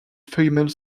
female